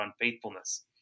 unfaithfulness